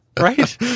Right